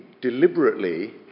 deliberately